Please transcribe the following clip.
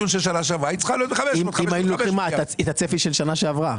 את הצפי של שנה שעברה.